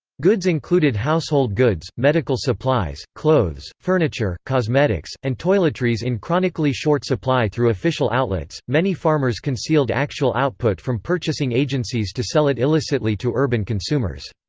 goods included household goods, medical supplies, clothes, furniture, cosmetics, and toiletries in chronically short supply through official outlets many farmers concealed actual output from purchasing agencies to sell it illicitly to urban consumers.